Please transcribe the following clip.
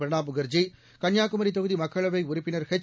பிரணாப் முகர்ஜி கன்னியாகுமரி தொகுதி மக்களவை உறுப்பினர் எச்